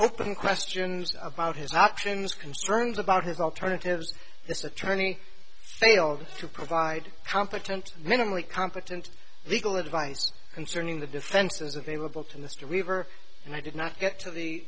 open questions about his actions concerns about his alternatives this attorney failed to provide competent minimally competent legal advice concerning the defenses available to mr weaver and i did not get to the